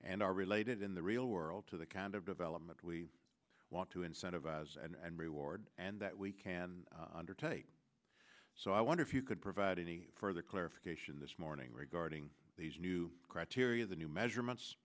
and are related in the real world to the kind of development we want to incentivize and reward and that we can undertake so i wonder if you could provide any further clarification this morning regarding these new criteria the new measurements